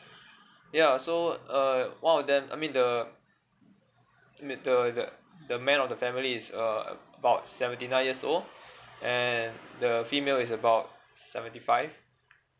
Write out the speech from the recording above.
ya so uh one of them I mean the I mean the the the man of the family is uh about seventy nine years old and the female is about seventy five